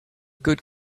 good